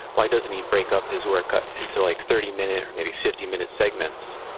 why doesn't he break up his work into like thirty minute or maybe fifty minute segments,